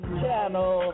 channel